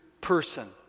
person